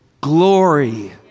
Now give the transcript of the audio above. glory